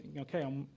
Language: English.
Okay